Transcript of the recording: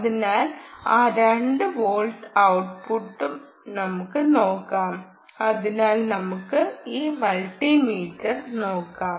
അതിനാൽ ആ 2 ഔട്ട്പുട്ടുകൾ നമുക്ക് നോക്കാം അതിനായി നമുക്ക് ഈ മൾട്ടിമീറ്റർ നോക്കാം